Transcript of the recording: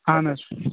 اَہن حظ